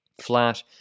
flat